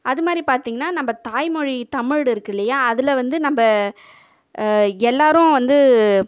அது மாதிரிப் பார்த்திங்கன்னா நம்ம தாய் மொழி தமிழ் இருக்குல்லையா அதில் வந்து நம்ம எல்லோரும் வந்து